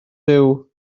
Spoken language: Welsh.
fyw